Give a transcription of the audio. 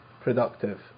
productive